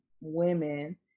women